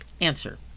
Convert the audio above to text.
Answer